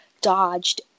dodged